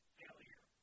failure